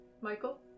Michael